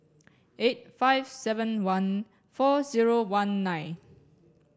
eight five seven one four zero one nine